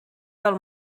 del